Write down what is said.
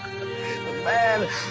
Man